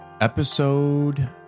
Episode